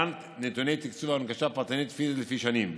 להלן נתוני תקצוב הנגשה פרטנית פיזית לפי שנים: